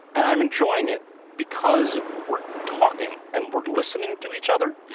and i'm enjoying it because we're talking and we're listening to each other.